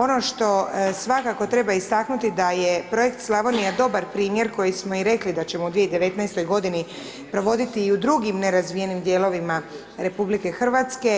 Ono što svakako treba istaknuti da je projekt Slavonija dobar primjer, koji smo i rekli da ćemo u 2019. g. provoditi i u drugim nerazvijenim dijelovima RH